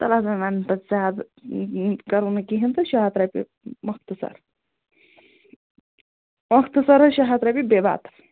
تلہٕ حظ وۅنۍ وَن تہٕ زیادٕ کَرو نہٕ کِہیٖنٛۍ تہٕ شیٚے ہتھ رۄپیہِ مۅختصر مۅختصر حظ شیٚے ہتھ رۄپیہِ بیٚیہِ بَتہٕ